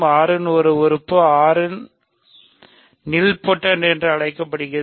R இன் ஒரு உறுப்பு R இன் ஒரு உறுப்பு நீல்பொடென்ட் என்று அழைக்கப்படுகிறது